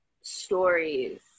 stories